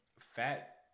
fat